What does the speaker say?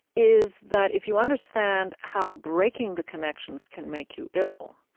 is that if you understand how breaking the connections can make you ill,